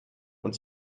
und